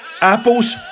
apples